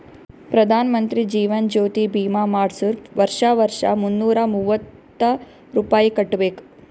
ಪ್ರಧಾನ್ ಮಂತ್ರಿ ಜೀವನ್ ಜ್ಯೋತಿ ಭೀಮಾ ಮಾಡ್ಸುರ್ ವರ್ಷಾ ವರ್ಷಾ ಮುನ್ನೂರ ಮೂವತ್ತ ರುಪಾಯಿ ಕಟ್ಬಬೇಕ್